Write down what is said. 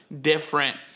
different